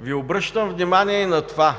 Ви обръщам внимание на това: